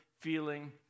feeling